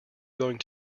going